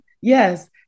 yes